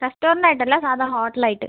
restaurant ആയിട്ടല്ല സാദാ hotel ആയിട്ട്